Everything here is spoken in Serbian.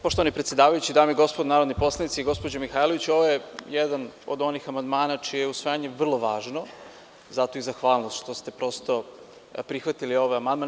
Poštovani predsedavajući, dame i gospodo narodni poslanici, gospođo Mihajlović, ovo je jedan od onih amandmana čiji je usvajanje vrlo važno, zato i zahvalnost što ste prosto prihvatili ovaj amandman.